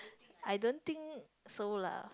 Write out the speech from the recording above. I don't think so lah